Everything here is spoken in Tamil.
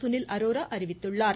சுனில் அரோரா அறிவித்துள்ளார்